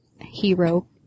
hero